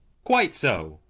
quite so,